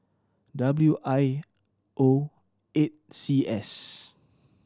W I O eight C S